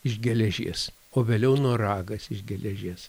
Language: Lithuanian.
iš geležies o vėliau noragas iš geležies